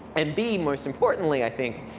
and b, most importantly i think,